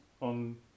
on